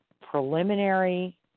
preliminary